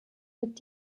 mit